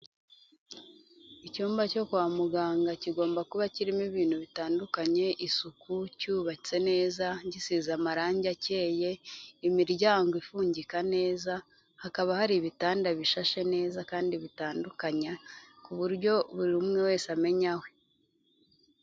Icyumba cyo kwa muganga kigomba kuba kirimo ibintu bitandukanye, isuku, cyubatse neza, gisize amarange akeye, imiryango ifugika neza, hakaba hari ibitanda bishashe neza kandi bitandukanye, ku buryo buri umwe wese amenya ahe.